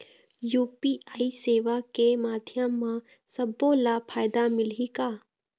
UPI सेवा के माध्यम म सब्बो ला फायदा मिलही का?